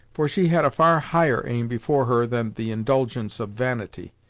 for she had a far higher aim before her than the indulgence of vanity,